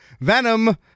Venom